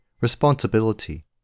Responsibility